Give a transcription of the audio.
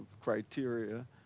criteria